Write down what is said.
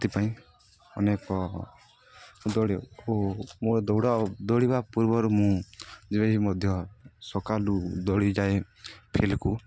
ସେଥିପାଇଁ ଅନେକ ଦୌଡ଼ିବ ଓ ମୋ ଦୌଡ଼ ଦୌଡ଼ିବା ପୂର୍ବରୁ ମୁଁ ଯେ ମଧ୍ୟ ସକାଳୁ ଦୌଡ଼ିଯାଏ ଫିଲ୍ଡ଼୍ କୁ